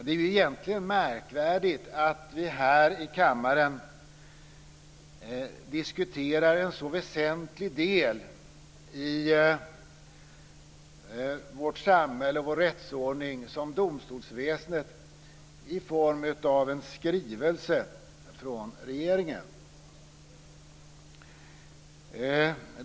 Det är egentligen märkvärdigt att vi här i kammaren diskuterar en så väsentlig del i vårt samhälle och vår rättsordning som domstolsväsendet är i form av en skrivelse från regeringen.